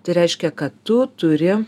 tai reiškia kad tu turi